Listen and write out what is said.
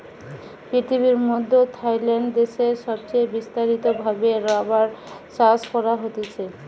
পৃথিবীর মধ্যে থাইল্যান্ড দেশে সবচে বিস্তারিত ভাবে রাবার চাষ করা হতিছে